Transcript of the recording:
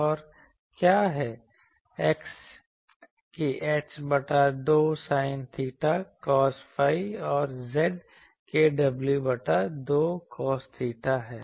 और X क्या है X kh बटा 2 sin theta cos phi और Z kw बटा 2 cos theta है